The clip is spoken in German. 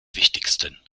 wichtigsten